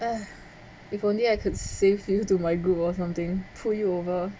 eh if only I could save you to my group or something pull you over